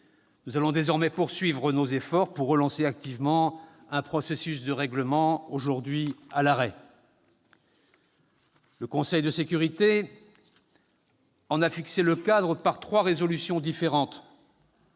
nous allons désormais poursuivre nos efforts pour relancer activement un processus de règlement aujourd'hui à l'arrêt. Le Conseil de sécurité des Nations unies en a fixé le cadre par trois résolutions différentes.